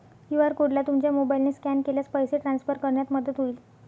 QR कोडला तुमच्या मोबाईलने स्कॅन केल्यास पैसे ट्रान्सफर करण्यात मदत होईल